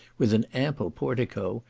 with an ample portico,